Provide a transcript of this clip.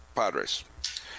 Padres